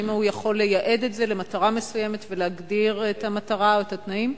האם הוא יכול לייעד אותו למטרה מסוימת ולהגדיר את המטרה או את התנאים?